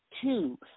Two